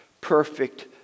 perfect